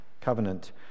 covenant